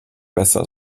besser